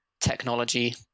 technology